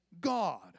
God